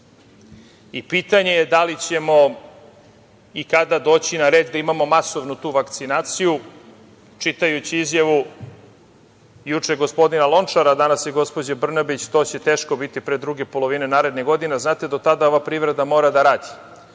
Pitanje je da li ćemo i kada doći na red da imamo masovnu vakcinaciju. Čitajući izjavu juče gospodina Lončara, danas i gospođe Brnabić, to teško biti pre druge polovine naredne godine. Znate, do tada ova privreda mora da radi.